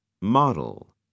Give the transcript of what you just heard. Model